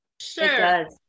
Sure